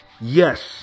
yes